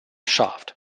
shaft